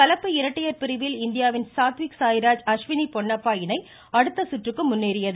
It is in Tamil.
கலப்பு இரட்டையர் பிரிவில் இந்தியாவின் சாத்விக் சாய்ராஜ் அஸ்வினி பொன்னப்பா இணை அடுத்த சுற்றுக்கு முன்னேறியது